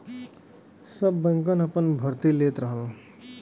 सब बैंकन आपन आपन भर्ती लेत रहलन